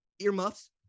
earmuffs